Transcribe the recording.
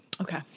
Okay